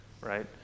right